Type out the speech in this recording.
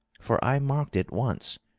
for i marked it once,